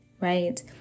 right